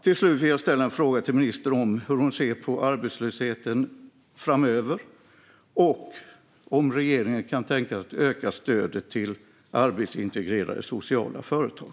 Till slut vill jag ställa en fråga till ministern om hur hon ser på arbetslösheten framöver och om regeringen kan tänka sig att öka stödet till arbetsintegrerade sociala företag.